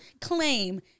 claim